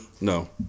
No